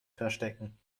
verstecken